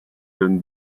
donne